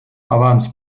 abans